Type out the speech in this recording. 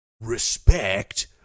Respect